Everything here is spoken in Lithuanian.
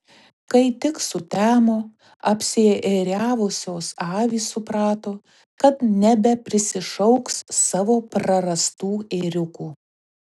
kai tik sutemo apsiėriavusios avys suprato kad nebeprisišauks savo prarastų ėriukų